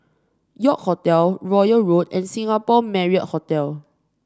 York Hotel Royal Road and Singapore Marriott Hotel